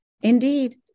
Indeed